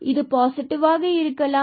இது பாசிடிவ் ஆக இருக்கலாம்